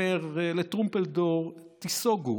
אומר לטרומפלדור: תיסוגו,